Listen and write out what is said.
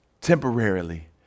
temporarily